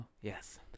Yes